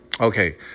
okay